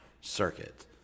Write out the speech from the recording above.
circuit